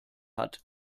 hat